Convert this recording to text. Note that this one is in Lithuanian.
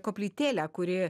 koplytėlę kuri